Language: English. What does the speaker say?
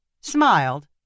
smiled